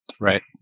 Right